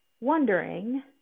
wondering